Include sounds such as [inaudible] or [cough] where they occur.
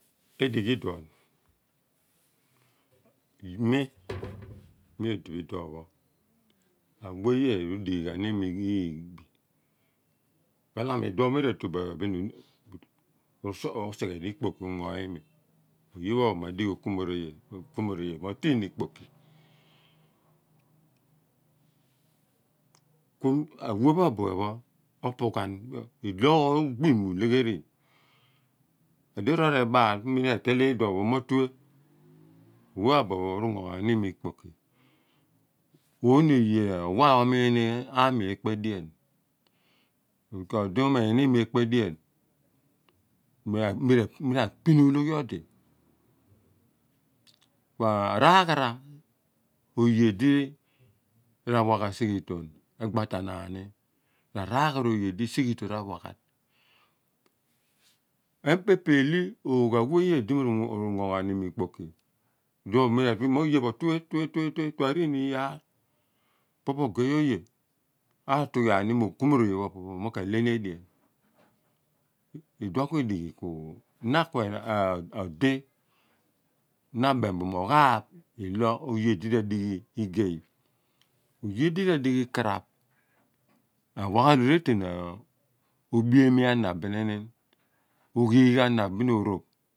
[unintelligible] mi, mi odi- bidoun a we ye ru chi gha l mi libi ghala mo lehuon mi ra tu bo ephen nuin [unintelligible] osighe ikpoki o ngo imi. mo oye pho opho ma dighi okumoroye mo ti in ikpoki ku awe pho abu phe pho opu ghan ilo ogbi miule ghe ri a diroor ebaal ku mi rateale i dunpho mo twe awe pho abu phe pho r'ughoghani imi ikpoki oni oye owa omiin a mi ekpendien mira phn ologbhiodi kua araghara oye di rawa ghan sighitone egba tanaan ni ra raghara oye di r'aiwa ghan sighiton. epeeli oogh awea ye di rungo gha bi imi ikpoki idow miraki mo oye pho twe twe twe tiin inyaar opo po oyey oye. atughwan mo okumo roye pho opo pho ka leh ni edean. iduon ku idi ghi ku na kue di na abeem bo mo ghaap [unintelligible] o ye di radi ghi ika raph rawa ghan retean oghiigh ana, ophemi ana [unintelligible]